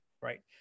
right